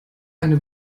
eine